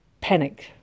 panic